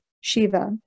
Shiva